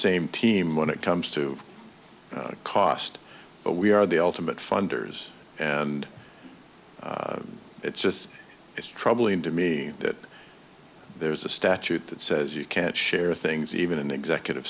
same team when it comes to cost but we are the ultimate funders and it's just it's troubling to me that there's a statute that says you can't share things even in executive